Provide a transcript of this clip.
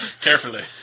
Carefully